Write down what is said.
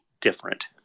different